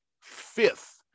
fifth